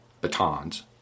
batons